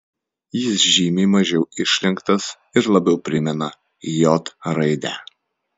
jis žymiai mažiau išlenktas ir labiau primena j raidę